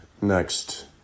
next